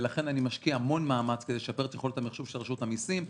ולכן אני משקיע המון מאמץ כדי לשפר את יכולת המחשוב של רשות המסים.